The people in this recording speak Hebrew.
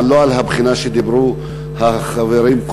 אבל לא על הבחינה שדיברו עליה החברים,